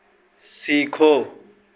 सीखो